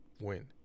win